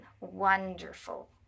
wonderful